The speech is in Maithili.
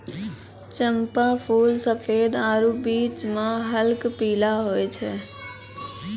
चंपा फूल सफेद आरु बीच मह हल्क पीला होय छै